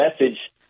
message